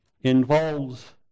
involves